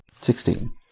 Sixteen